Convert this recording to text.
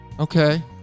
Okay